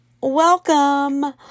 welcome